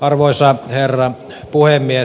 arvoisa herra puhemies